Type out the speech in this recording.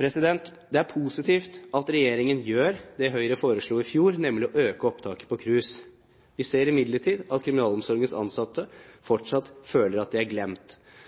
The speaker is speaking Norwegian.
Det er positivt at regjeringen gjør det Høyre foreslo i fjor, nemlig å øke opptaket på KRUS. Vi ser imidlertid at kriminalomsorgens ansatte fortsatt føler at de er glemt.